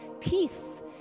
Peace